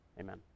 amen